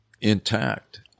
intact